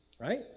right